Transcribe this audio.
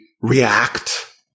react